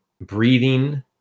breathing